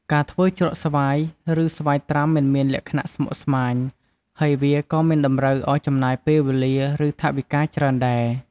ការធ្វើជ្រក់ស្វាយ ឬស្វាយត្រាំមិនមានលក្ខណៈស្មុគស្មាញ ហើយវាក៏មិនតម្រូវឱ្យចំណាយពេលវេលា ឬ ថវិកាច្រើនដែរ។